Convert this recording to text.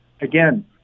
again